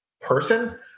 person